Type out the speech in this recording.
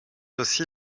aussi